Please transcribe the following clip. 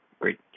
great